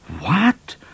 What